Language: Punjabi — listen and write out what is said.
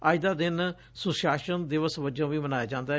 ਅੱਜ ਦਾ ਦਿਨ ਸੁਸ਼ਾਨ ਦਿਵਸ ਵਜੋਂ ਵੀ ਮਨਾਇਆ ਜਾਂਦੈ